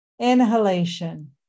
inhalation